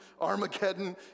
Armageddon